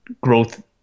growth